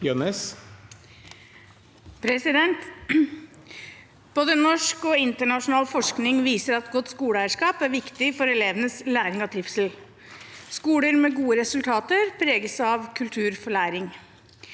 Både norsk og in- ternasjonal forskning viser at godt skoleeierskap er viktig for elevenes læring og trivsel. Skoler med gode resultater preges av kultur for læring.